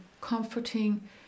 comforting